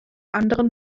anderen